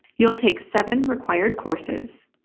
you'll take seven required courses.